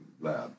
lab